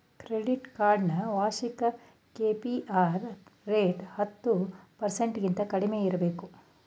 credit card ನ ವಾರ್ಷಿಕ KPR rate ಹತ್ತು ಪರ್ಸೆಂಟಗಿಂತ ಕಡಿಮೆ ಇರಬೇಕು